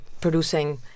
producing